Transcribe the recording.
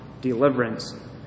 deliverance